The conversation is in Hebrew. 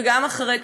וגם אחרי,